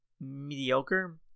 mediocre